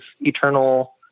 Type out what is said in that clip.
eternal